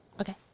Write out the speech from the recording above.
Okay